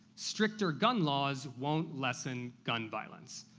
stricter gun laws won't lessen gun violence.